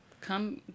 come